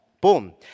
Boom